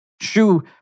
shoe